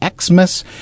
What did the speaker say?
Xmas